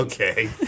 Okay